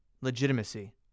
legitimacy